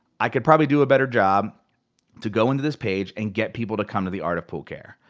i could probably do a better job to go into this page and get people to come to the art of pool care.